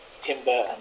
Timber